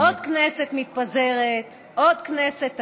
עוד כנסת מתפזרת, עוד כנסת תקום,